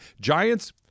Giants